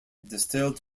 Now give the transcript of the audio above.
distilled